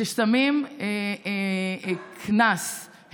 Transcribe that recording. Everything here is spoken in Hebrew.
כשנותנים קנס,